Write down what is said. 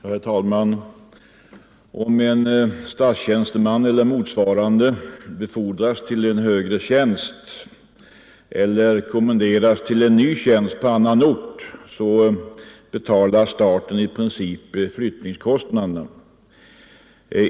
Herr talman! Om en statstjänsteman eller motsvarande befordras till en högre tjänst eller kommenderas till en ny tjänst på annan ort betalar staten i princip flyttningskostnaderna.